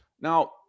Now